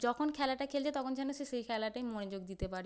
যখন খেলাটা খেলছে তখন যেন সে সেই খেলাটায় মনোযোগ দিতে পারে